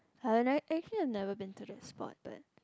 I don't know actually he never been to the spot that